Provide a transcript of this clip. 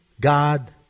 God